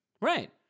right